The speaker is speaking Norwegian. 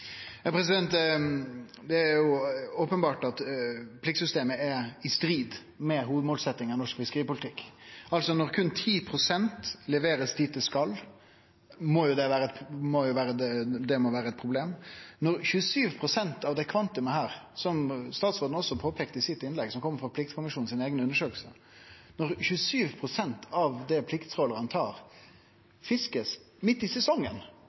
Det er openbert at pliktsystemet er i strid med hovudmålsetjinga i norsk fiskeripolitikk. Når berre 10 pst. blir levert dit det skal, må jo det vere eit problem. 27 pst. av det kvantumet plikttrålarane tar – som statsråden også påpeikte i sitt innlegg, og det kjem frå pliktkommisjonen sine eigne undersøkinger – blir fiska midt i sesongen. Heile poenget var at dei ikkje skulle fiske i